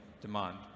demand